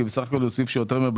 כי בסך הכול הוא סעיף שיותר מבלבל.